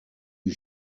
you